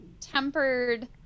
tempered